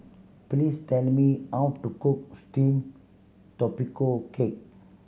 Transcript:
please tell me how to cook steamed tapioca cake